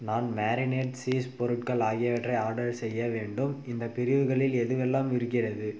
நான் marinade cheese பொருட்கள் ஆகியவற்றை ஆர்டர் செய்ய வேண்டும் இந்த பிரிவுகளில் எதுவெல்லாம் இருக்கிறது